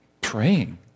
praying